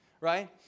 right